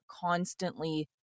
constantly